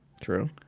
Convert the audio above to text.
True